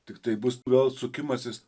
tiktai bus gal sukimasis